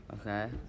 Okay